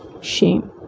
shame